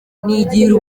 nigirira